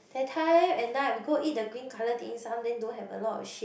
that time and now we go eat the green colour dim sum then don't have a lot of shit